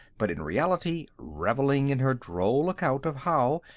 but in reality reveling in her droll account of how,